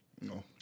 No